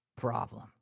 problem